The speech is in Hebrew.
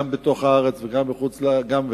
גם בתוך הארץ וגם בשטחים,